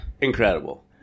incredible